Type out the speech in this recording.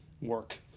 work